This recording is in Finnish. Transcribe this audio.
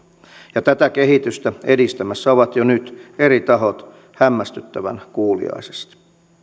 ja tätä kehitystä edistämässä ovat jo nyt eri tahot hämmästyttävän kuuliaisesti